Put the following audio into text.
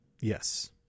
yes